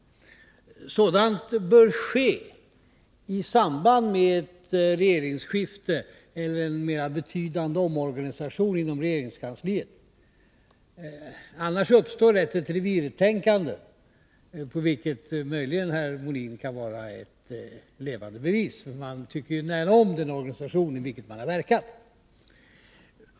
Sådant bör ske i samband med ett regeringsskifte eller en mera betydande omorganisation inom regeringskansliet, annars uppstår lätt ett revirtänkande. Herr Molin kan möjligen vara ett levande bevis på det — man tycker ju mycket om den organisation i vilken man har verkat.